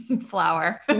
flower